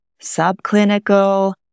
subclinical